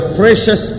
precious